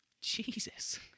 Jesus